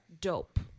dope